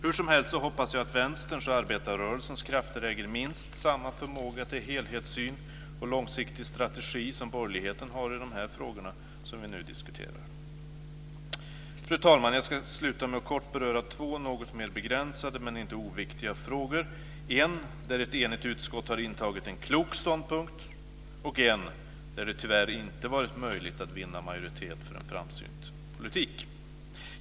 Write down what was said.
Hur som helst hoppas jag att Vänsterns och arbetarrörelsens krafter äger minst samma förmåga till helhetssyn och långsiktig strategi som borgerligheten har i de frågor vi nu diskuterar. Fru talman! Jag ska sluta med att kort beröra två något mer begränsade, men inte oviktiga, frågor. En fråga är där ett enigt utskott har intagit en klok ståndpunkt, och en fråga där det tyvärr inte har varit möjligt att vinna majoritet för en framsynt politik.